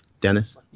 Dennis